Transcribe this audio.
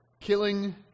killing